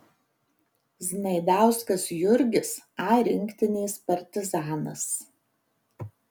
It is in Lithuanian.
znaidauskas jurgis a rinktinės partizanas